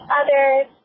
others